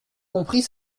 compris